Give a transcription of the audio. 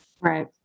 Right